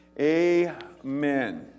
Amen